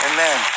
Amen